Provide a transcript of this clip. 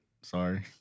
Sorry